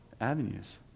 avenues